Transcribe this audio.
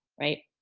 right?